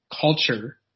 culture